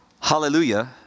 Hallelujah